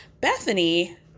Bethany